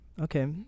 Okay